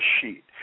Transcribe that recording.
sheet